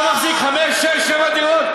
אתה מחזיק חמש-שש-שבע דירות?